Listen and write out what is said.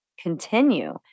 continue